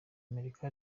amerika